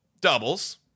Doubles